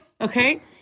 okay